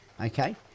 Okay